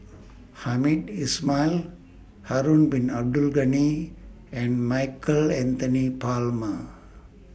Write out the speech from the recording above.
Hamed Ismail Harun Bin Abdul Ghani and Michael Anthony Palmer